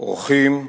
אורחים,